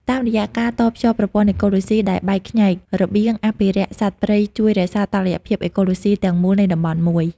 តាមរយៈការតភ្ជាប់ប្រព័ន្ធអេកូឡូស៊ីដែលបែកខ្ញែក របៀងអភិរក្សសត្វព្រៃជួយរក្សា តុល្យភាពអេកូឡូស៊ី ទាំងមូលនៃតំបន់មួយ។